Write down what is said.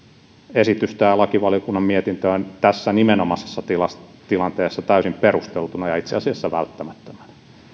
esitystä ja lakivaliokunnan mietintöä tässä nimenomaisessa tilanteessa tilanteessa täysin perusteltuna ja ja itse asiassa välttämättömänä